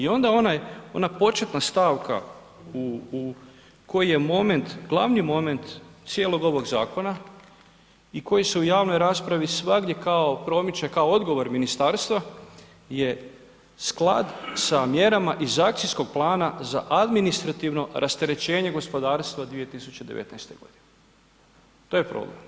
I onda onaj, ona početna stavka u, koji je moment glavni moment cijelog ovog zakona i koji su u javnoj raspravi svagdje kao promiče kao odgovor ministarstva je sklad sa mjerama iz akcijskog plana za administrativno rasterećenje gospodarstva 2019. g. To je problem.